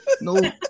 No